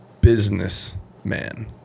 businessman